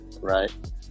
Right